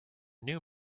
new